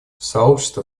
сообщество